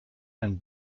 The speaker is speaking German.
einen